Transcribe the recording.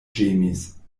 ĝemis